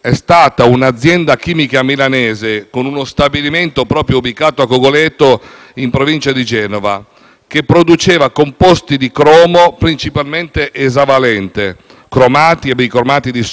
è stata un'azienda chimica milanese con uno stabilimento ubicato a Cogoleto, in Provincia di Genova, che produceva composti di cromo principalmente esavalente: cromati e bicromati di sodio e potassio, acido cromico e solfato di sodio.